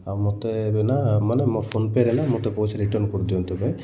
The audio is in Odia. ଆଉ ମୋତେ ଏବେ ନା ମୋ ଫୋନ୍ପେ'ରେ ନା ମୋତେ ପଇସା ରିଟର୍ନ୍ କରିଦିଅନ୍ତୁ ଭାଇ